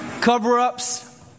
cover-ups